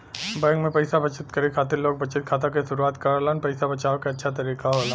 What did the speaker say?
bank में पइसा बचत करे खातिर लोग बचत खाता क शुरआत करलन पइसा बचाये क अच्छा तरीका होला